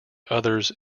others